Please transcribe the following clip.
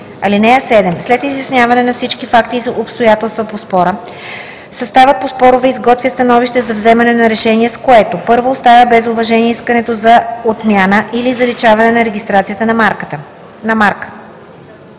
(7) След изясняване на всички факти и обстоятелства по спора съставът по спорове изготвя становище за вземане на решение, с което: 1. оставя без уважение искането за отмяна или заличаване на регистрацията на марка;